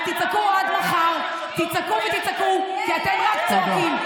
אז תצעקו עד מחר, תצעקו ותצעקו, כי אתם רק צועקים.